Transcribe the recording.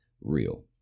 real